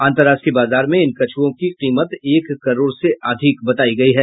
अंतरराष्ट्रीय बाजार में इन कछूओं की कीमत एक करोड़ से अधिक है